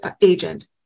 agent